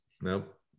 Nope